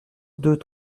deux